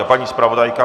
Paní zpravodajka.